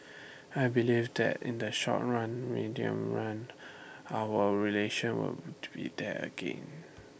I believe that in the short run medium run our relations will be there again